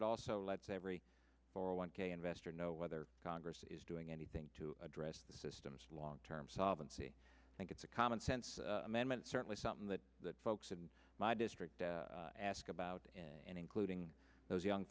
it also lets every four one k investor know whether congress is doing anything to address the system's long term solvency i think it's a commonsense amendment certainly something that the folks in my district ask about including those young